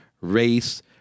race